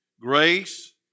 Grace